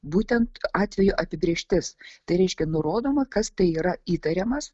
būtent atvejų apibrėžtis tai reiškia nurodoma kas tai yra įtariamas